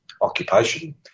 occupation